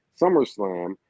SummerSlam